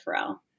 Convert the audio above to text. Pharrell